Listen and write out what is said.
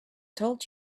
told